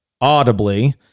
audibly